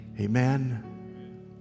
amen